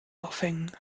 aufhängen